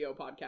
podcast